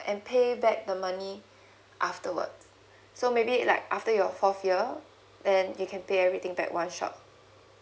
and pay back the money afterwards so maybe like after your fourth year then you can pay everything back one shot